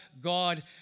God